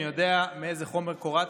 אני יודע מאיזה חומר קורצת,